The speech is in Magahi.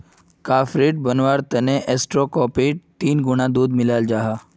काफेलेट बनवार तने ऐस्प्रो कोफ्फीत तीन गुणा दूध मिलाल जाहा